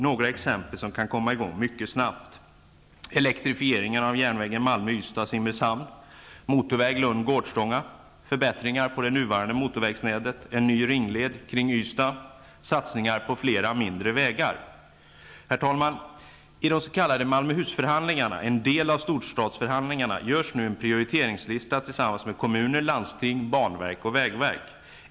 Några exempel på arbeten som kan komma i gång mycket snabbt: -- Satsningar på flera mindre vägar. Herr talman! I de s.k. Malmöhusförhandlingarna -- en del av storstadsförhandlingarna -- görs nu en prioriteringslista tillsammans med kommuner, landsting, banverk och vägverk.